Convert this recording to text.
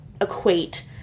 equate